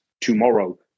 tomorrow